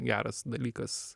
geras dalykas